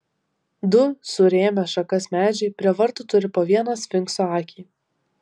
du surėmę šakas medžiai prie vartų turi po vieną sfinkso akį